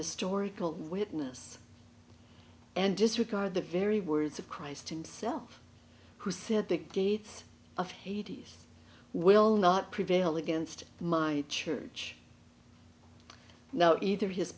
historical witness and disregard the very words of christ himself who said the gates of hades will not prevail against my church now either his